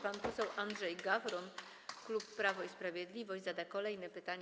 Pan poseł Andrzej Gawron, klub Prawo i Sprawiedliwość, zada kolejne pytanie.